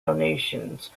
donations